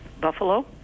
Buffalo